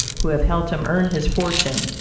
who have helped him earn his fortune,